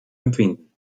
empfinden